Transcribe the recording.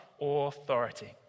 authority